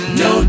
no